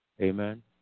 Amen